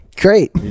great